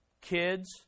kids